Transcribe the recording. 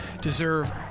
deserve